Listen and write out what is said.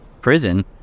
prison